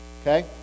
okay